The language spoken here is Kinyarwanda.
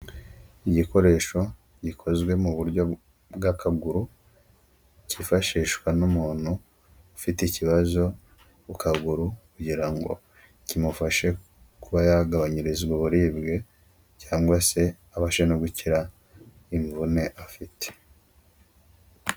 Igikoresho gikozwe mu buryo bw'akaguru, kifashishwa n'umuntu ufite ikibazo ku kaguru kugira ngo kimufashe kuba yagabanyirizwa uburibwe cyangwa se abashe no gukira imvune afite.